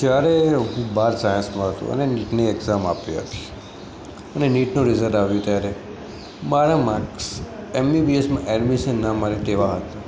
જયારે હું બાર સાયન્સમાં હતો અને નીટની એક્ઝામ આપી હતી અને નીટનું રિઝલ્ટ આવ્યું ત્યારે મારા માર્ક્સ એમ બી બી એસમાં એડમિશન ન મળે તેવા હતા